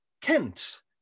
Kent